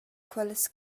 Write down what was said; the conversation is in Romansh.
quellas